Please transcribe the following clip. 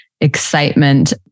excitement